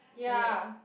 ya